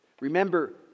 remember